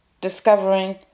discovering